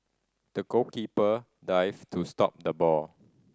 the goalkeeper dived to stop the ball